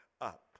up